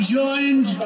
joined